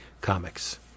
comics